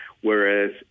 whereas